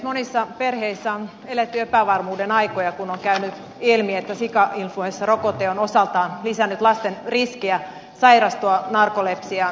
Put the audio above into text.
monissa perheissä on eletty epävarmuuden aikoja kun on käynyt ilmi että sikainfluenssarokote on osaltaan lisännyt lasten riskiä sairastua narkolepsiaan